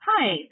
Hi